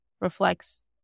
reflects